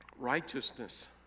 Righteousness